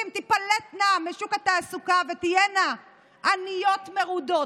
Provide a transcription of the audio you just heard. תיפלטנה משוק התעסוקה ותהיינה עניות מרודות,